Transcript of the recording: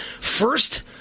first